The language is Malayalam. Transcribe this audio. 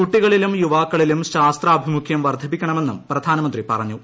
കുട്ടികളിലും യുവാക്കളിലും ശാസ്ത്രാഭിമുഖൃം വർദ്ധിപ്പിക്കണമെന്നും പ്രധാനമന്ത്രി പറഞ്ഞു